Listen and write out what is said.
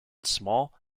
small